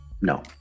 no